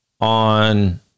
on